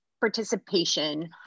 participation